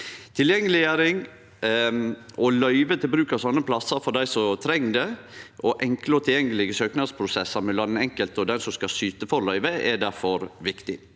Tilgjengeleggjering og løyve til bruk av slike plassar for dei som treng det, og enkle og tilgjengelege søknadsprosessar mellom den enkelte og dei som skal syte for løyve, er difor viktig.